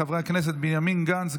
חברי הכנסת בנימין גנץ,